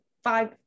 five